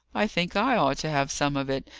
i think i ought to have some of it,